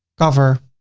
cover.